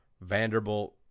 Vanderbilt